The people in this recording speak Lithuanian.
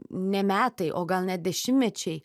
ne metai o gal net dešimtmečiai